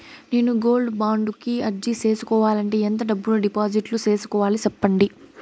నేను gold bond కు అర్జీ సేసుకోవాలంటే ఎంత డబ్బును డిపాజిట్లు సేసుకోవాలి సెప్పండి